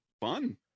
Fun